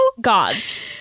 God's